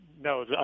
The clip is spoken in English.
no